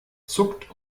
zuckt